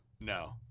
no